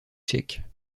tchèque